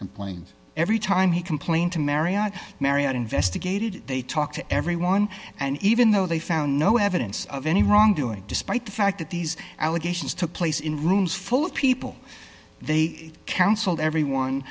complain every time he complained to marianne marianne investigated they talked to everyone and even though they found no evidence of any wrongdoing despite the fact that these allegations took place in rooms full of people they counseled everyone